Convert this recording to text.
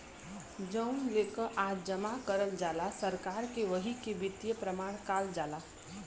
जउन लेकःआ जमा करल जाला सरकार के वही के वित्तीय प्रमाण काल जाला